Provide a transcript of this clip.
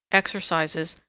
exercises,